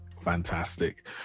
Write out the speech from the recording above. fantastic